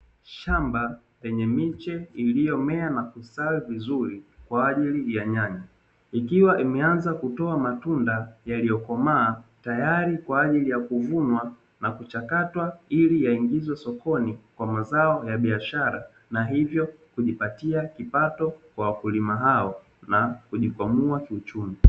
Shamba lenye miche iliyomea na kustawi vizuri kwa ajili ya nyanya, ikiwa imeanza kutoa matunda yaliyokomaa tayari kwa ajili ya kuvunwa na kuchakatwa ili yaingizwe sokoni kwa mazao ya biashara, na hivyo kujipatia kipato kwa wakulima hao na kujikwamua kiuchumi.